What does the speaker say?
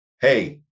Hey